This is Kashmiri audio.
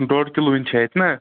ڈۄڈ کِلوٕنۍ چھ اَسہِ نا